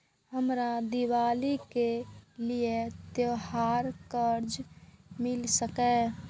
हमरा दिवाली के लिये त्योहार कर्जा मिल सकय?